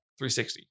360